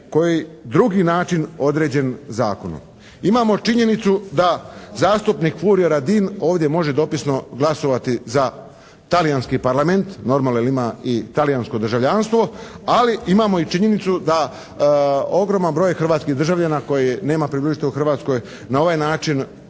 koji drugi način određen zakonom. Imamo činjenicu da zastupnik Furio Radin ovdje može dopisno glasovati za Talijanski parlament normalno, jer ima i Talijansko državljanstvo ali imamo i činjenicu da ogroman broj hrvatskih državljana koji nema prebivalište u Hrvatskoj na ovaj način